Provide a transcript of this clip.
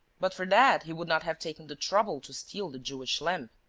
but for that, he would not have taken the trouble to steal the jewish lamp.